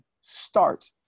start